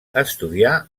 estudià